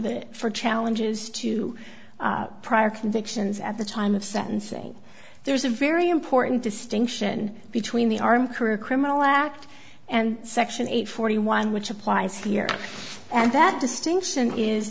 that for challenges to prior convictions at the time of sentencing there's a very important distinction between the arm career criminal act and section eight forty one which applies here and that distinction is